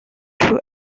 two